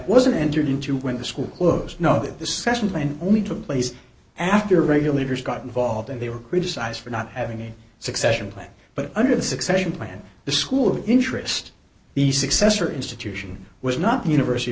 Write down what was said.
wasn't entered into when the school closed know that the session plan only took place after regulators got involved and they were criticized for not having a succession plan but under the succession plan the school of interest the successor institution was not university